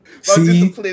See